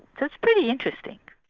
so it's pretty interesting.